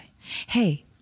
hey